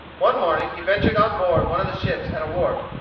one morning he ventured on board one of the ships at a wharf,